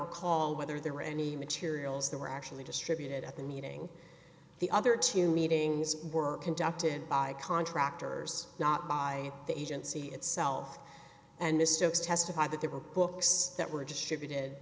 recall whether there were any materials that were actually distributed at the meeting the other two meetings were conducted by contractors not by the agency itself and mr oakes testified that there were books that were distributed